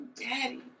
daddy